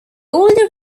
older